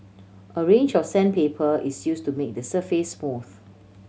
a range of sandpaper is use to make the surface smooth